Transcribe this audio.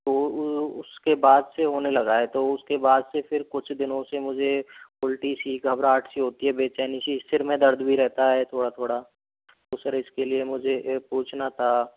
तो वो उसके बाद से होने लगा है तो उसके बाद से फ़िर कुछ दिनों से मुझे उल्टी सी घबराहट सी होती है बेचैनी सी सिर में दर्द भी रहता है थोड़ा थोड़ा तो सर इसके लिए मुझे ये पूछना था